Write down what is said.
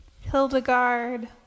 Hildegard